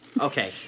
Okay